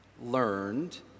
learned